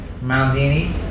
Maldini